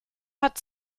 hat